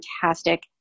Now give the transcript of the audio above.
fantastic